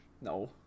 No